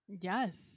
yes